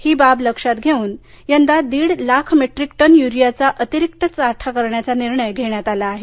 ही बाब लक्षात घेऊन यंदा दीड लाख मेट्रीक टन यूरीयाचा अतिरीक्त साठा करण्याचा निर्णय घेण्यात आला आहे